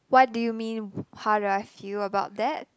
what do you mean how do I feel about that